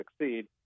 succeed